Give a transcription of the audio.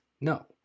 No